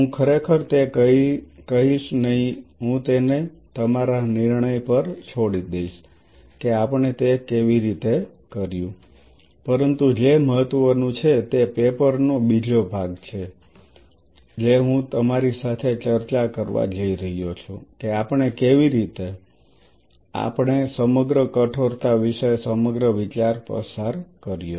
હું ખરેખર તે કહીશ નહીં હું તેને તમારા નિર્ણય પર છોડી દઈશ કે આપણે તે કેવી રીતે કર્યું પરંતુ જે મહત્વનું છે તે પેપર નો બીજો ભાગ છે જે હું તમારી સાથે ચર્ચા કરવા જઈ રહ્યો છું કે આપણે કેવી રીતે પરંતુ આપણે સમગ્ર કઠોરતા વિશે સમગ્ર વિચાર પસાર કર્યો